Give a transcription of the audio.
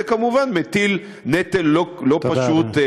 זה כמובן מטיל נטל לא-פשוט, תודה רבה.